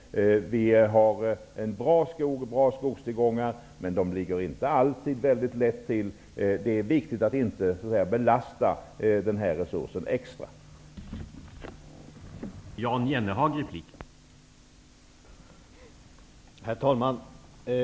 Det finns bra skogstillgångar, men de ligger inte alltid lätt till. Det är viktigt att inte belasta den här resursen extra mycket.